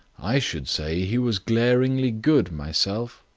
i should say he was glaringly good myself.